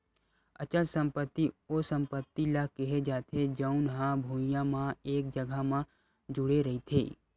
अचल संपत्ति ओ संपत्ति ल केहे जाथे जउन हा भुइँया म एक जघा म जुड़े रहिथे